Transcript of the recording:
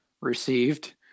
received